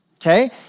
okay